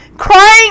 Crying